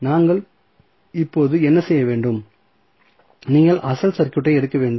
நாங்கள் இப்போது என்ன செய்ய வேண்டும் நீங்கள் அசல் சர்க்யூட்டை எடுக்க வேண்டும்